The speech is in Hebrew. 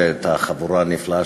ואת החבורה הנפלאה,